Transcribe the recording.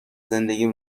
زندگیم